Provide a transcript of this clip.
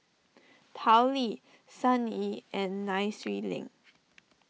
Tao Li Sun Yee and Nai Swee Leng